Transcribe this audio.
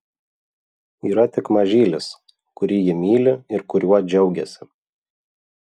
yra tik mažylis kurį ji myli ir kuriuo džiaugiasi